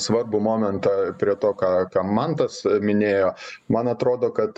svarbų momentą prie to ką ką mantas minėjo man atrodo kad